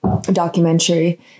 documentary